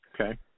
Okay